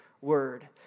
word